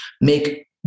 make